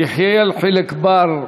יחיאל חיליק בר?